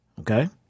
Okay